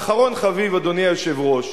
ואחרון חביב, אדוני היושב-ראש.